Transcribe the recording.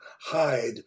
hide